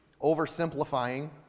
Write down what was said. oversimplifying